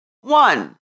One